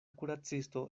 kuracisto